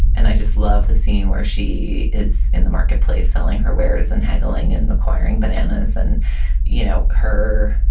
and i just love the scene where she is in the marketplace, selling her wares and haggling and acquiring bananas. and you know her.